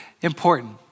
important